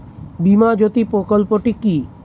বীমা জ্যোতি প্রকল্পটি কি?